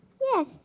Yes